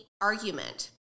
argument